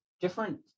different